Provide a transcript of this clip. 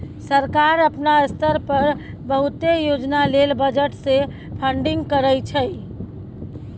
सरकार अपना स्तर पर बहुते योजना लेल बजट से फंडिंग करइ छइ